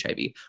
HIV